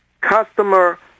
customer